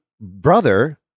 brother